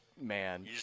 Man